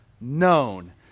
known